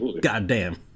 goddamn